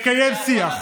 לקיים שיח,